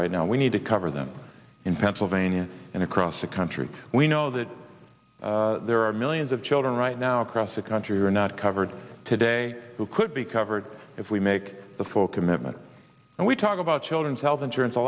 right now we need to cover them in pennsylvania and across the country we know that there are millions of children right now across the country are not covered today who could be covered if we make the folk amendment and we talked about children's health insurance a